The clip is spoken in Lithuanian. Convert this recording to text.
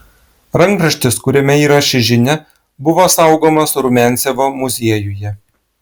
rankraštis kuriame yra ši žinia buvo saugomas rumiancevo muziejuje